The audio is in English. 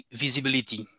visibility